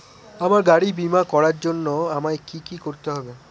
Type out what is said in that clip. আমার গাড়ির বীমা করার জন্য আমায় কি কী করতে হবে?